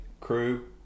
crew